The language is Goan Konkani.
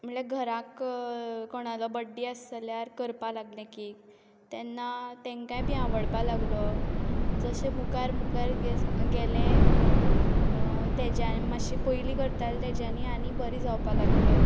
म्हणल्यार घरांत कोणालो बर्थडे आस जाल्यार करपा लागलें कॅक तेन्ना तांकांय बी आवडपा लागलो जशें मुखार मुखार गेलें तेज्यान मातशें पयलीं करतालें तेज्यांनी आनी बरें जावपा लागलें